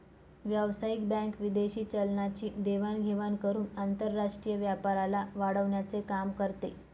व्यावसायिक बँक विदेशी चलनाची देवाण घेवाण करून आंतरराष्ट्रीय व्यापाराला वाढवण्याचं काम करते